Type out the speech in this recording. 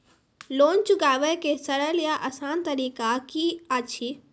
Loan चुकाबै के सरल या आसान तरीका की अछि?